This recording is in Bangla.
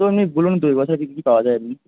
আপনি এমনি বলুন তো পাওয়া যায় এখানে